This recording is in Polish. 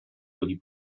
byli